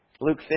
Luke